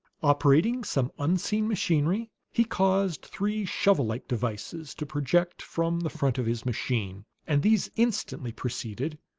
operating some unseen machinery, he caused three shovel-like devices to project from the front of his machine and these instantly proceeded,